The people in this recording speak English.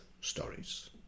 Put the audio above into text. stories